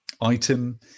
item